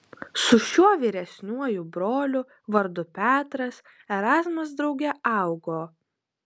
su šiuo vyresniuoju broliu vardu petras erazmas drauge augo